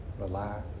relax